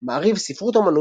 מעריב, ספרות אמנות,